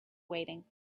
weighting